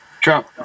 Trump